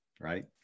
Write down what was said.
right